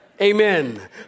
Amen